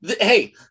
Hey